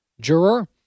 juror